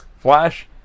Flash